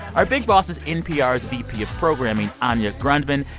our big boss is npr's vp of programming, anya grundmann.